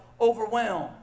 overwhelmed